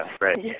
right